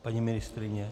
Paní ministryně?